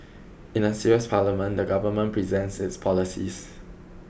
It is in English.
in a serious parliament the government presents its policies